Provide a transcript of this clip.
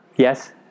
Yes